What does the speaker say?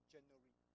January